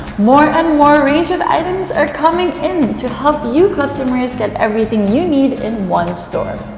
more and more range of items are coming in to help you customers get everything you need in one store.